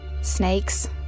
Snakes